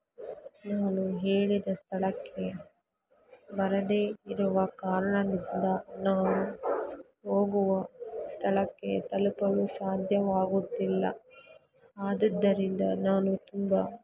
ನಾನು ಹೇಳಿದ ಸ್ಥಳಕ್ಕೆ ಬರದೇ ಇರುವ ಕಾರಣದಿಂದ ನಾನು ಹೋಗುವ ಸ್ಥಳಕ್ಕೆ ತಲುಪಲು ಸಾಧ್ಯವಾಗುತ್ತಿಲ್ಲ ಆದುದರಿಂದ ನಾನು ತುಂಬ